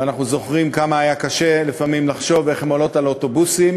ואנחנו זוכרים כמה היה קשה לפעמים לחשוב איך הן עולות על אוטובוסים